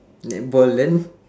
netball then